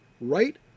right